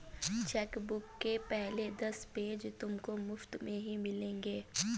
chequebook के पहले दस पेज तुमको मुफ़्त में ही मिलेंगे